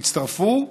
תצטרפו,